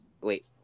wait